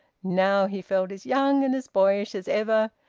now, he felt as young and as boyish as ever,